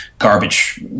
garbage